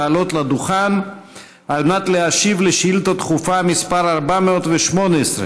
לעלות לדוכן כדי להשיב על שאילתה דחופה מס' 418,